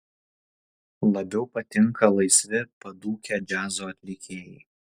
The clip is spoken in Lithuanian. labiau patinka laisvi padūkę džiazo atlikėjai